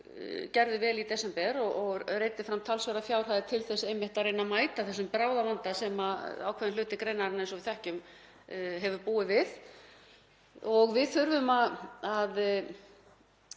vel í desember og reiddi fram talsverðar fjárhæðir til þess einmitt að reyna að mæta þessum bráðavanda sem ákveðinn hluti greinarinnar, eins og við þekkjum, hefur búið við. Við þurfum að